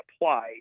apply